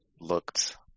looked